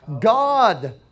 God